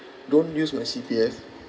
don't use my C_P_F